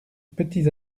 petits